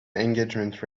engagement